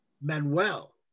Manuel